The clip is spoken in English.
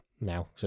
now